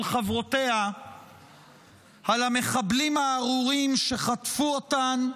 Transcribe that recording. חברותיה על המחבלים הארורים שחטפו אותן,